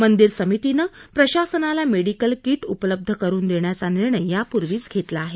मंदिर समितीनं प्रशासनाला मेडिकल किट उपलब्ध करून देण्याचा निर्णय यापूर्वीच घेतला आहे